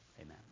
amen